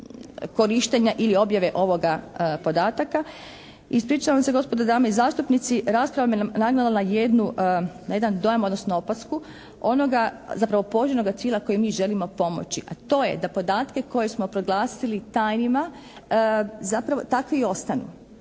korištenja ili objave ovoga podataka. Ispričavam se gospodo i dame zastupnici, rasprava me nagnala na jedan dojam odnosno opasku onoga, zapravo poželjnoga cilja koji mi želimo pomoći, a to je da podatke koje smo proglasili tajnima zapravo takvi i ostanu.